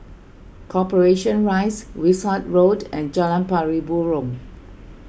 Corporation Rise Wishart Road and Jalan Pari Burong